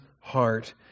heart